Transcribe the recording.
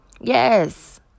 Yes